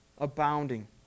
abounding